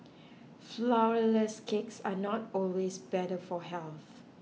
Flourless Cakes are not always better for health